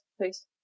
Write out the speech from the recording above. please